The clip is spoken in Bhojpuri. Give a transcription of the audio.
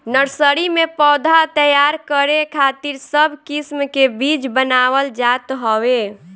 नर्सरी में पौधा तैयार करे खातिर सब किस्म के बीज बनावल जात हवे